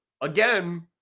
again